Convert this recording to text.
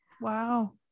Wow